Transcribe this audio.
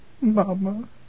Mama